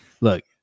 look